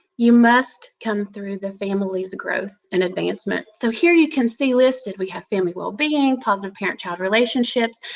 you must come through the family's growth and advancements. so here, you can see listed we have family well-being, positive parent-child relationships,